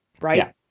right